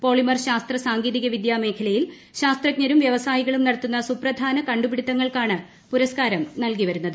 polymer ശാസ്ത്ര സാങ്കേതികവിദൃ മേഖലയിൽ ശാസ്ത്രജ്ഞരും വൃവസായികളും നടത്തുന്ന സുപ്രധാന കണ്ടുപിടിത്തങ്ങൾക്കാണ് പുരസ്ക്കാരം നൽകിവരുന്നത്